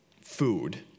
food